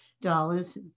dollars